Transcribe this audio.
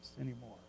anymore